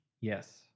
Yes